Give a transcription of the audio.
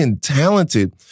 talented